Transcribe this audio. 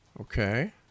Okay